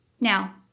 Now